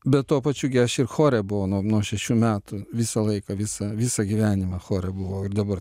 bet tuo pačiu gi aš ir chore buvau nuo nuo šešių metų visą laiką visą visą gyvenimą chore buvau ir dabar